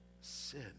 sin